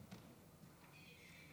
כבוד היושב-ראש,